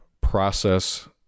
process